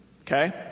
Okay